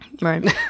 Right